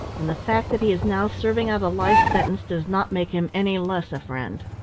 and the fact that he is now serving out a life sentence does not make him any less a friend.